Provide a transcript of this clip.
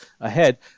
ahead